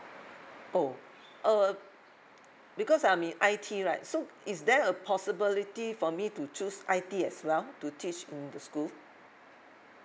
oh uh because I'm in I_T right so is there a possibility for me to choose I_T as well to teach in the school